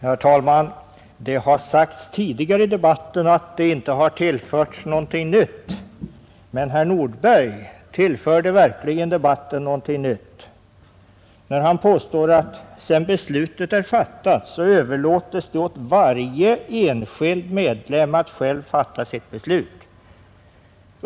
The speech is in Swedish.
Herr talman! Det har sagts tidigare här att debatten inte har tillförts någonting nytt. Men herr Nordberg tillförde verkligen debatten någonting nytt när han påstod att sedan beslutet är fattat, så överlåtes det åt varje enskild medlem att själv fatta sitt beslut.